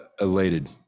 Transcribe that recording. elated